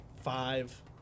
five